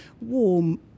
Warm